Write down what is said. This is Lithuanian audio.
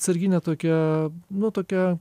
atsarginė tokia nu tokia